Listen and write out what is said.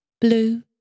blue